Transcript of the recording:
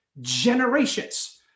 generations